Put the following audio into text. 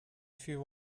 few